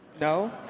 No